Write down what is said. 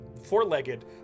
four-legged